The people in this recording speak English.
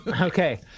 Okay